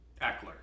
Eckler